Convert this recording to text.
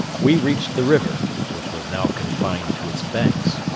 we reached the river, which was now confined to its banks,